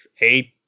eight